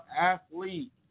athlete